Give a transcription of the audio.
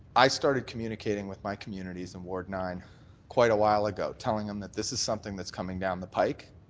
i started communicating with my communities in ward nine quite awhile ago telling them that this is something that's coming down the pike.